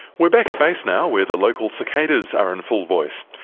we're back at base now where the local cicadas are in full voice.